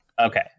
Okay